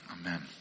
Amen